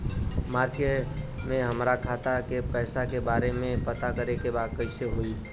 मार्च में हमरा खाता के पैसा के बारे में पता करे के बा कइसे होई?